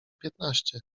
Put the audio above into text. piętnaście